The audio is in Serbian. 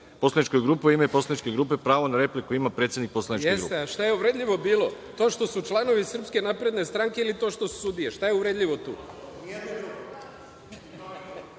poslaničkoj grupi, u ime poslaničke grupe pravo na repliku ima predsednik poslaničke grupe“. **Nemanja Šarović** Jeste, ali šta je uvredljivo bilo? To što su članovi Srpske napredne stranke ili to što su sudije? Šta je tu uvredljivo?